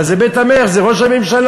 אבל זה בית המלך, זה ראש הממשלה.